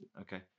Okay